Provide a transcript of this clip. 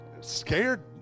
scared